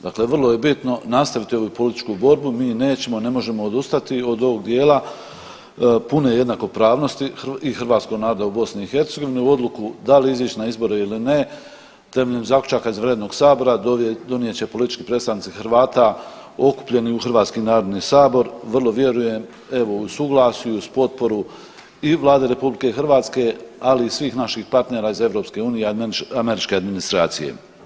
Dakle, vrlo je bitno nastaviti ovu političku borbu, mi nećemo, ne možemo odustati od ovog dijela pune jednakopravnosti i hrvatskog naroda u BiH u odluku da li izać na izbore ili ne temeljem zaključaka izvanrednog sabora donijet će politički predstavnici Hrvata okupljeni u Hrvatski narodni sabor vrlo vjerujem evo u suglasju uz potporu i Vlade RH, ali i svih naših partnera iz EU i američke administracije.